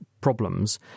problems